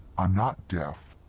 i'm not deaf!